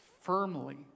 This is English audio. firmly